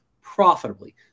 profitably